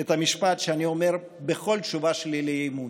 את המשפט שאני אומר בכל תשובה שלי לאי-אמון: